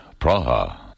Praha